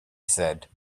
said